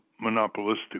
monopolistic